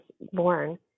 born